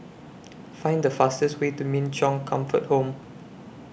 Find The fastest Way to Min Chong Comfort Home